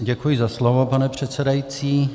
Děkuji za slovo, pane předsedající.